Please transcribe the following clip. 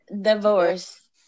Divorce